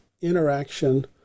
interaction